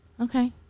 Okay